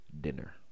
Dinner